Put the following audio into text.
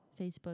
Facebook